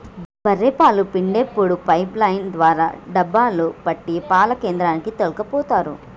బఱ్ఱె పాలు పిండేప్పుడు పైపు లైన్ ద్వారా డబ్బాలో పట్టి పాల కేంద్రానికి తోల్కపోతరు